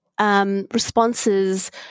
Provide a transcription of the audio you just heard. responses